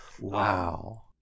Wow